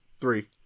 Three